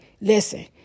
listen